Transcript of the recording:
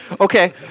Okay